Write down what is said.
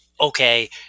okay